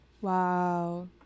Wow